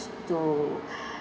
to